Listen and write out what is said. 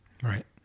Right